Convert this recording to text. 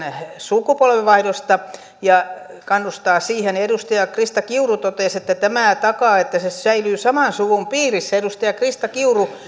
sukupolvenvaihdosta ja kannustaa siihen edustaja krista kiuru totesi että tämä takaa että se säilyy saman suvun piirissä edustaja krista kiuru